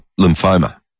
lymphoma